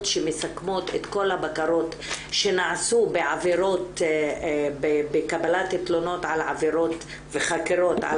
שמסכמות את כל הבקרות שנעשו בקבלת תלונות וחקירות על